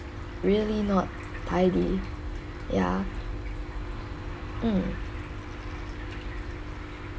really not tidy ya mm